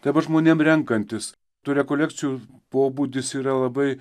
dabar žmonėm renkantis tu rekolekcijų pobūdis yra labai